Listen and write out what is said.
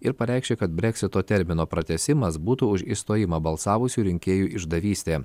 ir pareiškė kad breksito termino pratęsimas būtų už išstojimą balsavusių rinkėjų išdavystė